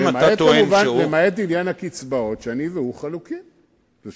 למעט עניין הקצבאות, שאני והוא חלוקים בו.